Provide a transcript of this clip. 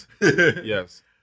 Yes